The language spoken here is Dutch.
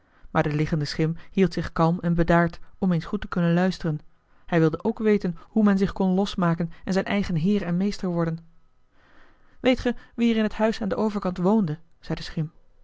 maar de liggende schim hield zich kalm en bedaard om eens goed te kunnen luisteren hij wilde ook weten hoe men zich kon losmaken en zijn eigen heer en meester worden weet ge wie er in het huis aan den overkant woonde zei de schim